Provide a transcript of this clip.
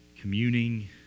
communing